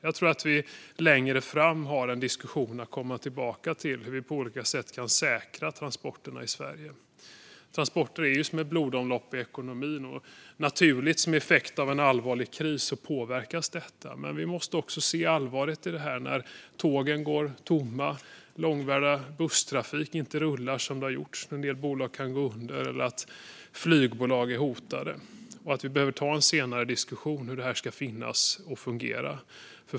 Jag tror att vi längre fram har en diskussion att komma tillbaka till om hur vi på olika sätt kan säkra transporterna i Sverige. Transporter är ju som ett blodomlopp i ekonomin, och detta påverkas naturligtvis av en allvarlig kris. Vi måste se allvaret i det här när tågen går tomma, långväga busstrafik inte rullar som den brukar och flygbolag är hotade. En del bolag kan gå under. Vi behöver ta en diskussion senare om hur det här ska fungera.